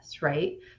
right